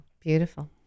beautiful